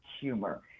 humor